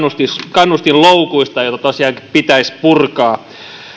kannustinloukuista joita tosiaankin pitäisi purkaa